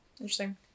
Interesting